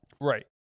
Right